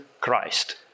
Christ